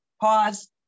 pause